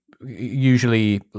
usually